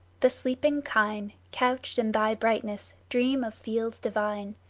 the sleeping kine couched in thy brightness dream of fields divine.